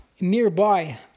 nearby